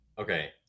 Okay